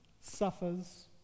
suffers